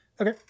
Okay